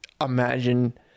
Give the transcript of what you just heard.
imagine